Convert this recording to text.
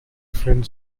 friend